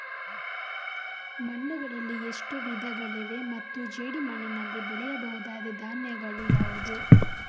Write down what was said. ಮಣ್ಣುಗಳಲ್ಲಿ ಎಷ್ಟು ವಿಧಗಳಿವೆ ಮತ್ತು ಜೇಡಿಮಣ್ಣಿನಲ್ಲಿ ಬೆಳೆಯಬಹುದಾದ ಧಾನ್ಯಗಳು ಯಾವುದು?